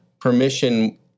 permission